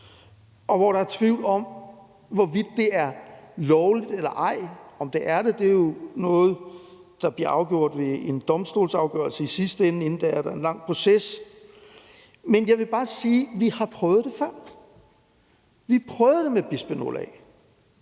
og som der er tvivl om hvorvidt er lovligt eller ej. Om det er det, er jo noget, der bliver afgjort af en domstol i sidste ende. Inden da er der en lang proces. Men jeg vil bare sige, at vi har prøvet det før. Vi prøvede det med bisfenol A.